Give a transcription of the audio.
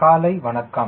காலை வணக்கம்